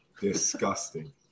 Disgusting